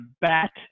bat